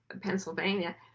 Pennsylvania